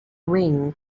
ring